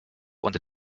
unter